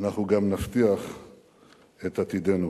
אנחנו גם נבטיח את עתידנו.